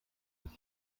muss